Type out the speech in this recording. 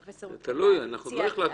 פרופ' רות קנאי הציעה הצעה --- עוד לא החלטנו.